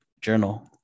journal